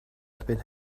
erbyn